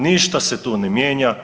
Ništa se tu ne mijenja.